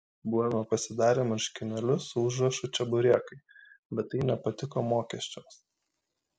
buvome pasidarę marškinėlius su užrašu čeburekai bet tai nepatiko mokesčiams